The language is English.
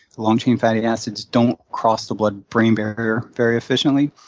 long-chain fatty acids don't cross the blood brain barrier very efficiently.